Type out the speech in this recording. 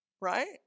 right